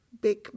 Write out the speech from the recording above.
big